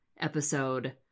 episode